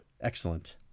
Excellent